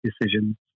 decisions